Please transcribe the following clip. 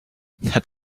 that